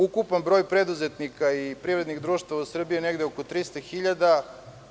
Ukupan broj preduzetnika i privrednih društava u Srbiji je oko 300 hiljada.